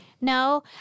No